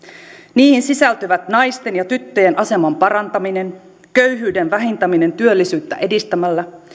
niihin sisältyvät naisten ja tyttöjen aseman parantaminen köyhyyden vähentäminen työllisyyttä edistämällä